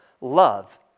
love